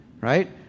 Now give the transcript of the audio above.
Right